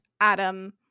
Adam